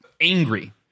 angry